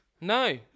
No